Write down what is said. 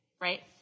right